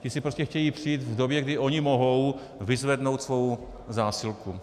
Ti si prostě chtějí přijít v době, kdy oni mohou, vyzvednout svou zásilku.